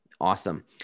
awesome